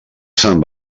sant